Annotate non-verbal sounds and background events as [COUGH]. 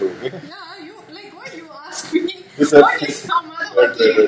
ya you like why you ask me [LAUGHS] what is your mother working